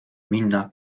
minna